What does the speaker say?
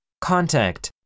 Contact